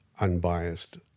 unbiased